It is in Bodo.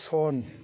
सन